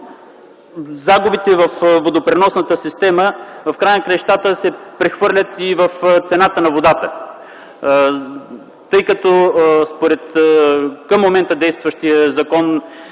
загубите във водопреносната система в края на краищата се прехвърлят и в цената на водата, тъй като към момента действащият Закон